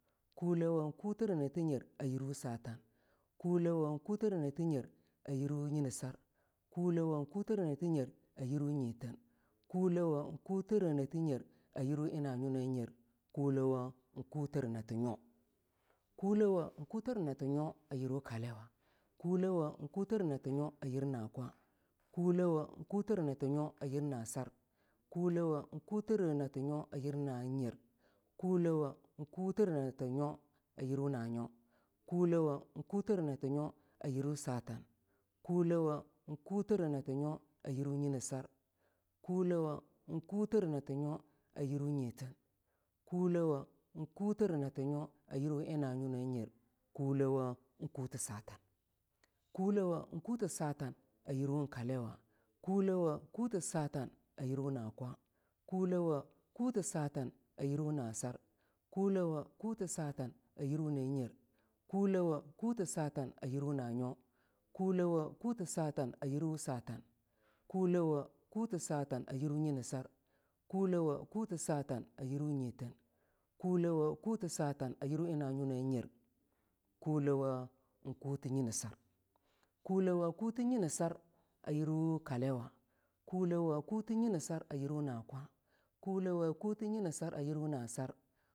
kulewo ketere nati nyer a tirwu satan kulewo kutere nati nyer a yirwu nyinasar kulaw kutere nsti nyer a yirwu nyiteen kulawo kutere nsti nyrt s yirwu na nyo na nyer kulswo en kutere nti nyo kulswo kutere nsti nyo a yirwu kaliwa kulewo kutere nati nyo a yirwu na kwa kulewo kutere nati nyo a yir nasar kulewo kutire nati nyo a yir na nyer kuawo kutere nati nyo a yirwa na nyo kulewa kutere nati nyo a yirwu satan kulewo kutere nati nyo a yirwu anyinesar kulawo kutere kutere nati nyo a yirwu nyitten kulawo kutere nati nyo a yirwu na nyo na nyer kulaw en kute satankulawo en kute satan kulewo kute satan a yirmu na kwa kulawo kute satan a yirwu na sar kulewo kute satan a yirwu na nyer kulawo kute satan a yirwu na nyo kulewo kuteh satan a yirwu nyinesar kulawo kute satan a yirwu nyiteen kulawo kute satan a yirwu na nyo na nyer kulawo en kute nyinesar kulawo kute nyinesar a yirwu kaliwa kulew kute nyinesar a yir nakwa kulewo kute nyinesar a yirwu na sar kulawo kute nyinesar a yir wu na nyer kulawo kutere nyinesar a yirwu na nyo